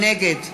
נגד